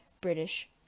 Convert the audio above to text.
British